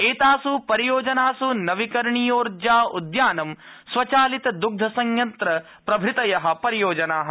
एतासु परियोजनासु नवीकरणीयोजा उद्यानं स्वचालित दृग्ध संयत्रंप्रभुतय परियोजनाः सन्ति